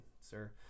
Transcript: sir